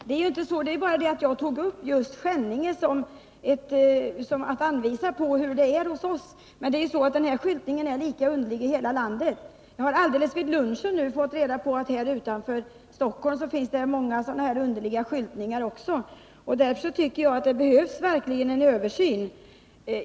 Herr talman! Jag nämnde Skänninge för att ge en anvisning om hur det är i vårt område, men skyltningen är lika underlig i hela landet. Under lunchen i dag fick jag reda på att det också utanför Stockholm finns många underliga skyltar. Jag tycker därför att det verkligen behövs en översyn.